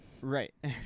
Right